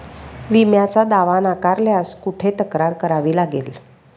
विम्याचा दावा नाकारल्यास कुठे तक्रार करावी लागेल?